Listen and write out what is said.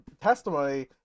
testimony